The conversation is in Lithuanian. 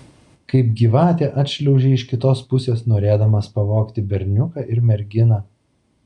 kaip gyvatė atšliaužei iš kitos pusės norėdamas pavogti berniuką ir merginą